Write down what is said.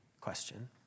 question